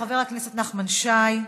חבר הכנסת נחמן שי,